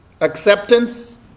acceptance